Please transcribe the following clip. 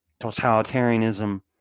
totalitarianism